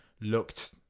looked